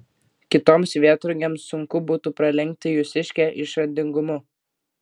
kitoms vėtrungėms sunku būtų pralenkti jūsiškę išradingumu